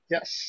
Yes